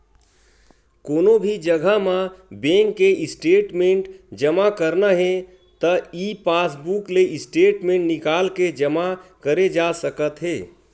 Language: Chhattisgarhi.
कोनो भी जघा म बेंक के स्टेटमेंट जमा करना हे त ई पासबूक ले स्टेटमेंट निकाल के जमा करे जा सकत हे